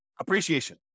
appreciation